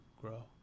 grow